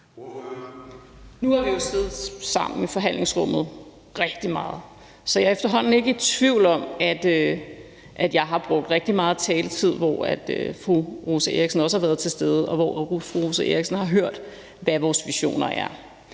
siddet rigtig meget sammen i forhandlingsrummet, så jeg er ikke i tvivl om, at jeg har brugt rigtig meget taletid, hvor fru Rosa Eriksen også har været til stede, og hvor fru Rosa Eriksen har hørt, hvad vores visioner er.